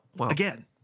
again